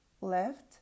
left